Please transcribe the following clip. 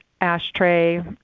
ashtray